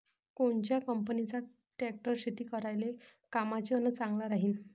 कोनच्या कंपनीचा ट्रॅक्टर शेती करायले कामाचे अन चांगला राहीनं?